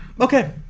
Okay